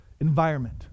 environment